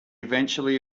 eventually